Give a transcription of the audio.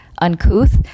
uncouth